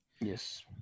Yes